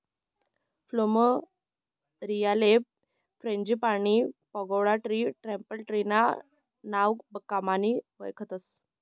फ्लुमेरीयाले frangipani, pagoda tree, temple tree ना नावकनबी वयखतस